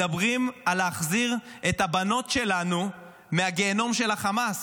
מדברים על להחזיר את הבנות שלנו מהגיהינום של החמאס.